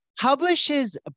publishes